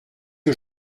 que